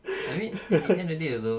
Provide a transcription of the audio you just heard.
I mean at the end of day also